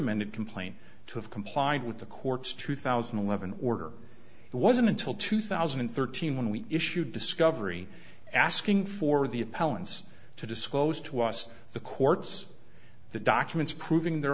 amended complaint to have complied with the court's two thousand and eleven order it wasn't until two thousand and thirteen when we issued discovery asking for the appellants to disclose to us the court's the documents proving the